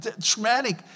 traumatic